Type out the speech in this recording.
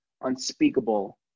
unspeakable